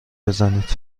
بزنید